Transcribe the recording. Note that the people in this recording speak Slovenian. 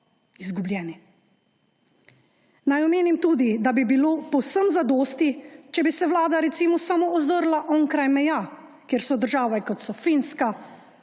izgubljeni. Naj omenim tudi, da bi bilo povsem zadosti, če bi se Vlada, recimo, samo ozrla okraj meja, kjer so države, kot so Finska,